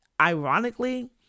ironically